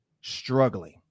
struggling